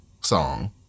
song